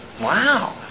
wow